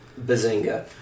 Bazinga